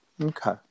Okay